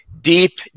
deep